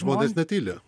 žmonės netyli